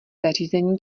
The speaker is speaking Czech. zařízení